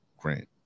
Grant